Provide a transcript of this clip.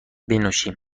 بنوشیم